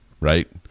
right